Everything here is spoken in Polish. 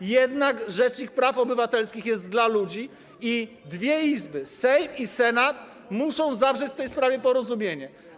że jednak rzecznik praw obywatelskich jest dla ludzi i dwie Izby - Sejm i Senat - muszą zawrzeć w tej sprawie porozumienie.